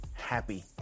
happy